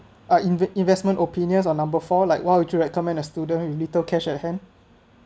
uh in~ investment opinions on number four like what would you recommend a student with little cash at hand